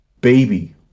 Baby